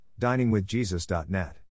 DiningWithJesus.net